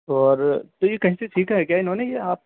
اور تو یہ کہیں سے سیکھا ہے انہوں نے یا آپ